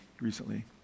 recently